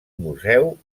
museu